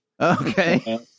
Okay